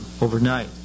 overnight